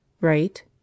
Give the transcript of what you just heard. Right